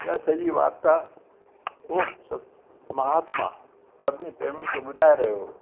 इहा सॼी वार्ता उहो महात्मा सभिनी प्रेमीनि खे ॿुधाए रहियो हुओ